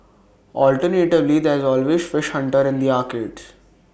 alternatively there's always fish Hunter in the arcades